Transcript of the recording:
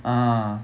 ah